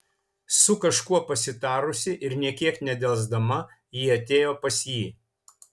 su kažkuo pasitarusi ir nė kiek nedelsdama ji atėjo pas jį